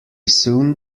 soon